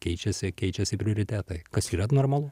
keičiasi keičiasi prioritetai kas yra normalu